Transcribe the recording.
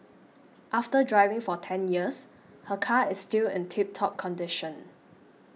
after driving for ten years her car is still in tip top condition